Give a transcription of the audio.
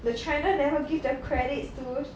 the china never give the credits to sh~